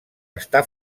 està